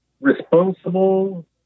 responsible